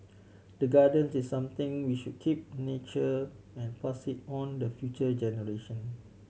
the gardens is something we should keep nurture and pass on the future generation